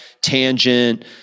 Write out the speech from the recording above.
tangent